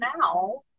now